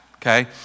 Okay